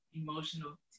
emotional